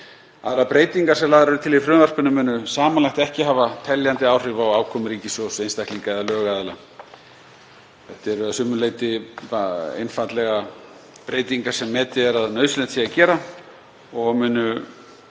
tíma. Aðrar breytingar sem lagðar eru til í frumvarpinu munu samanlagt ekki hafa teljandi áhrif á afkomu ríkissjóðs, einstaklinga eða lögaðila. Þetta eru að sumu leyti einfaldlega breytingar sem metið er að nauðsynlegt sé að gera og munu